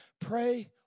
Pray